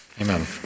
Amen